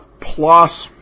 plus